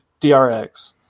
DRX